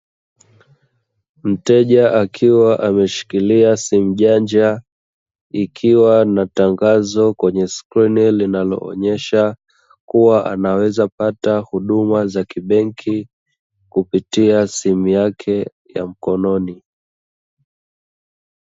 Mteja akiwa ameshikilia simu janja, ikiwa na tangazo kwenye skilini linaloonesha kuwa anaweza pata huduma za kibenki kupitia simu yake ya mkononi.